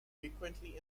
frequently